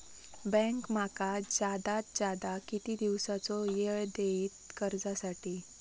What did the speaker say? Bank माका जादात जादा किती दिवसाचो येळ देयीत कर्जासाठी?